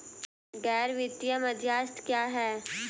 गैर वित्तीय मध्यस्थ क्या हैं?